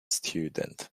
student